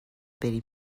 بری